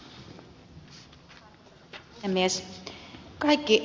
arvoisa puhemies